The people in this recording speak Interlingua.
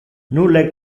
nulle